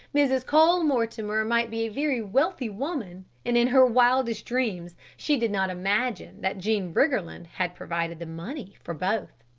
mrs. cole-mortimer might be a very wealthy woman, and in her wildest dreams she did not imagine that jean briggerland had provided the money for both.